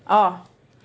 oh